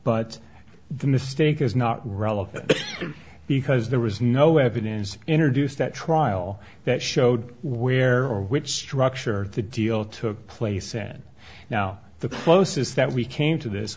but the mistake is not relevant because there was no evidence introduced at trial that showed where or which structure the deal took place and now the closest that we came to this